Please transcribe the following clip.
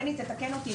בני תתקן אותי,